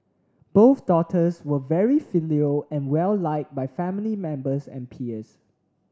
both daughters were very filial and well liked by family members and peers